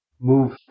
move